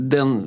Den